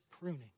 pruning